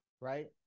right